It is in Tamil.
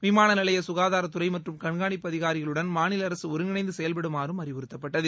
விமான நிலைய ககாதாரத்துறை மற்றும் கண்காணிப்பு அதிகாரிகளுடன் மாநில அரசு ஒருங்கிணைந்து செயல்படுமாறும் அறிவுறுத்தப்பட்டது